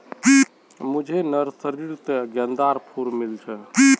मुझे नर्सरी त गेंदार फूल मिल छे